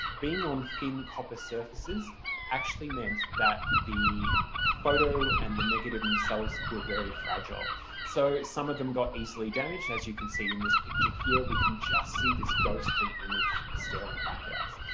being on thin copper surfaces actually meant that the photo and the negative themselves were very fragile so some of them got easily damaged as you can see in this picture here, we can just see this ghostly image staring back at us.